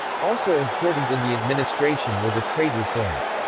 also important in the administration were the trade reforms.